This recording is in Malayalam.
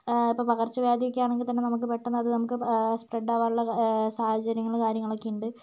ഇപ്പോൾ പകർച്ച വ്യാധിയൊക്കെയാണങ്കിൽ തന്നെ നമുക്ക് പെട്ടന്ന് അത് നമുക്ക് സ്പ്രെഡ് ആകാനുള്ള സാഹചര്യങ്ങള് കാര്യങ്ങളൊക്കെയുണ്ട്